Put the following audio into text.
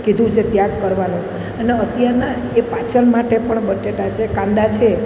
કીધું છે ત્યાગ કરવાનો અને અત્યારના એ પાચન માટે પણ બટેટા છે કાંદા છે